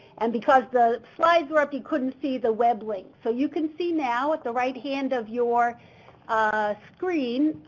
and because the slides were up you couldn't see the web link, so you can see now at the right hand of your screen,